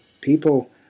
people